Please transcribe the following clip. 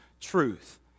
truth